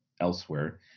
elsewhere